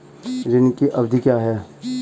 ऋण की अवधि क्या है?